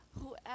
whoever